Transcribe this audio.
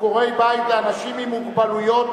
ביקורי בית לאנשים עם מוגבלות),